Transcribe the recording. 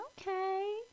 Okay